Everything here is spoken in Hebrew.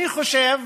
אני חושב